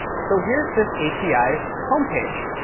so here's this api's homepage.